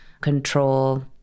control